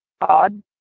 odd